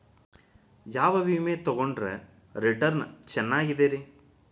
ಯಾವ ವಿಮೆ ತೊಗೊಂಡ್ರ ರಿಟರ್ನ್ ಚೆನ್ನಾಗಿದೆರಿ?